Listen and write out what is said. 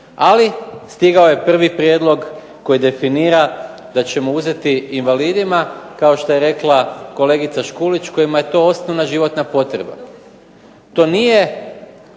Ali, stigao je prvi prijedlog koji definira da ćemo uzeti invalidima kao što je rekla kolegica Škulić kojima je to osnovna životna potreba. To nije